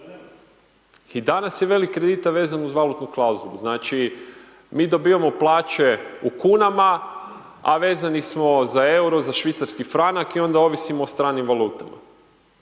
I danas je velik kredita vezan uz valutnu klauzulu, znači mi dobivamo plaće u kunama, a vezani smo za EUR-o, za švicarski franak i onda ovisimo o stranim valutama.